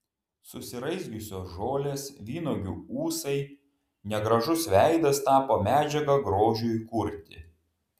susiraizgiusios žolės vynuogių ūsai negražus veidas tapo medžiaga grožiui kurti